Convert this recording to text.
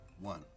one